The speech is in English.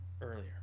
earlier